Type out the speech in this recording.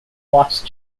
lost